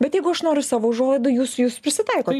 bet jeigu aš noriu savo užuolaidų jūs jūs prisitaikot